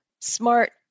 smart